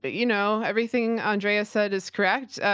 but you know, everything andrea said is correct.